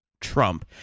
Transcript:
Trump